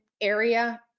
area